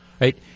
right